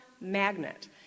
magnet